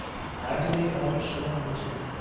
the agony of solemnity.